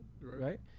right